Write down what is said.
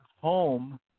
home